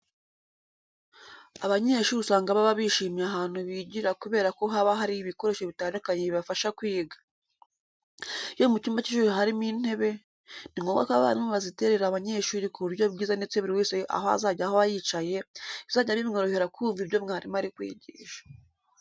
Abanyeshuri usanga baba bishimiye ahantu bigira kubera ko haba hari ibikoresho bitandukanye bibafasha kwiga. Iyo mu cyumba cy'ishuri harimo intebe, ni ngombwa ko abarimu baziterera abanyeshuri ku buryo bwiza ndetse buri wese aho azajya aba yicaye bizajya bimworohera kumva ibyo mwarimu ari kwigisha.